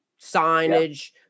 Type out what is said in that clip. signage